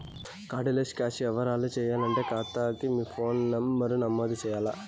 card less cash యవ్వారాలు సేయాలంటే కాతాకి మీ ఫోను నంబరు నమోదు చెయ్యాల్ల